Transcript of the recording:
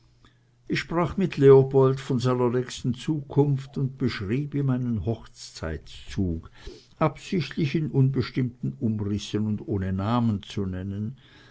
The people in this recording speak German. ich sprach mit leopold von seiner nächsten zukunft und beschrieb ihm einen hochzeitszug absichtlich in unbestimmten umrissen und ohne namen zu nennen